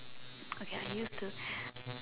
okay I used to